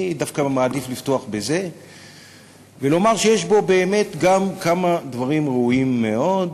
אני דווקא מעדיף לפתוח בזה ולומר שיש בו באמת גם כמה דברים ראויים מאוד,